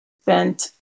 spent